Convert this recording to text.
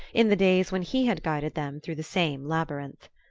in the days when he had guided them through the same labyrinth.